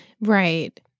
Right